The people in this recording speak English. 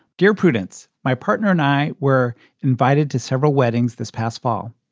dear prudence, my partner and i were invited to several weddings this past fall,